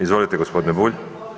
Izvolite g. Bulj.